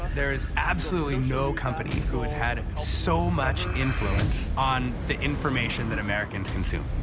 there is absolutely no company who has had so much influence on the information that americans consume.